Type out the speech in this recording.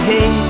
Hey